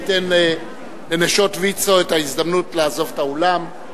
ניתן לנשות ויצו את ההזדמנות לעזוב את האולם.